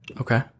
Okay